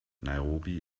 nairobi